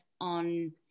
on